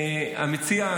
המציע,